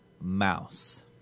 mouse